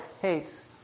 hates